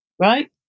right